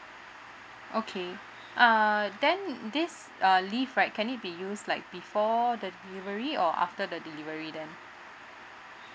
okay uh then this uh leave right can it be use like before the delivery or after the delivery then